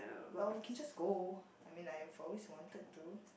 well you can just go I mean like I've always wanted to